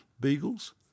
Beagles